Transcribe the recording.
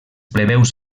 plebeus